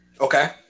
Okay